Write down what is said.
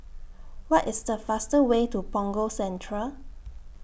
What IS The fastest Way to Punggol Central